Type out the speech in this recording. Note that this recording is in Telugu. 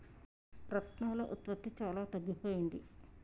రత్నాల ఉత్పత్తి చాలా తగ్గిపోయింది